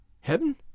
Heaven